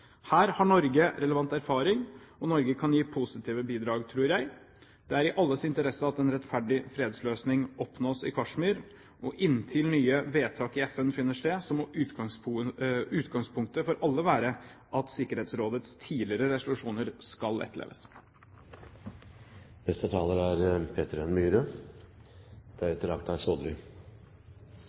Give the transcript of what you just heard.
Her har Norge relevant erfaring, og Norge kan gi positive bidrag, tror jeg. Det er i alles interesse at en rettferdig fredsløsning oppnås i Kashmir, og inntil nye vedtak i FN finner sted, må utgangspunktet for alle være at Sikkerhetsrådets tidligere resolusjoner skal etterleves. Kashmir-konflikten omtales ofte som den glemte konflikten. Det er